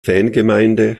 fangemeinde